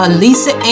Alisa